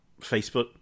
Facebook